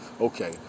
okay